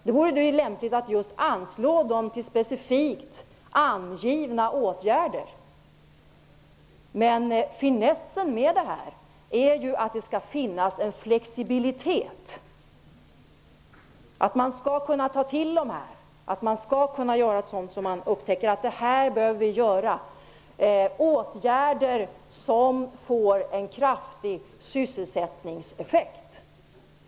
Då kunde de anslås till specifikt angivna åtgärder. Finessen med detta är ju att det skall finnas flexibilitet. Regeringen skall kunna ta till finansfullmakten. Den skall kunna göra saker när den upptäcker vad man bör göra. Det är fråga om åtgärder som får en kraftig sysselsättningseffekt.